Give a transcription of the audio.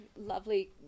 lovely